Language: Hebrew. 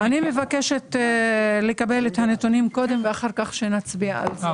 מבקשת לקבל את הנתונים קודם ואחר כך שנצביע על זה.